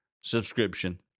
subscription